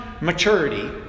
maturity